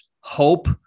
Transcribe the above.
hope